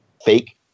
fake